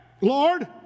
Lord